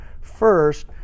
First